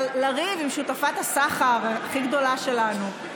אבל לריב עם שותפת הסחר הכי גדולה שלנו,